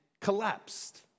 collapsed